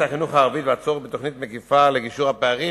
החינוך הערבית והצורך בתוכנית מקיפה לגישור הפערים.